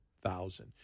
thousand